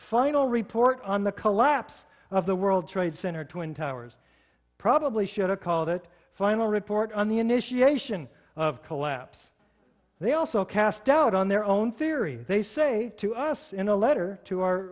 final report on the collapse of the world trade center twin towers probably should have called it final report on the initiation of collapse they also cast doubt on their own theory they say to us in a letter to our